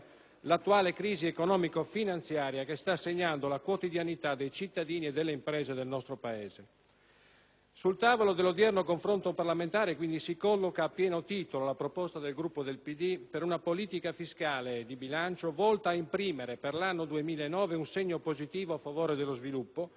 l'attuale crisi economico-finanziaria che sta segnando la quotidianità dei cittadini e delle imprese del nostro Paese. Sul tavolo dell'odierno confronto parlamentare si colloca quindi a pieno titolo la proposta del Gruppo del PD per una politica fiscale e di bilancio volta ad imprimere per l'anno 2009 un segno positivo a favore dello sviluppo,